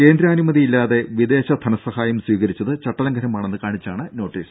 കേന്ദ്രാനുമതിയില്ലാതെ വിദേശ ധനസഹായം സ്വീകരിച്ചത് ചട്ടലംഘനമാണെന്ന് കാണിച്ചാണ് നോട്ടീസ്